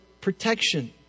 protection